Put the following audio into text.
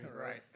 right